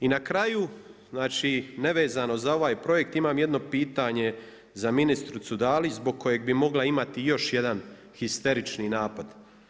I na kraju, znači nevezano za ovaj projekt imam jedno pitanje za ministricu Dalić zbog kojeg bi mogla imati i još jedan histerični napad.